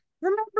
remember